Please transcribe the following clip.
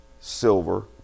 silver